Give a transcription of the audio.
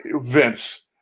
Vince